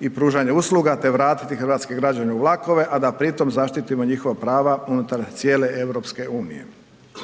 i pružanje usluga te vratiti hrvatske građane u vlakove, a da pritom zaštitimo njihova prava unutar cijele EU. Promjene